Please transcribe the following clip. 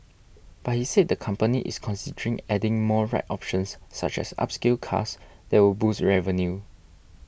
but he said the company is considering adding more red options such as upscale cars that would boost revenue